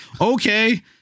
Okay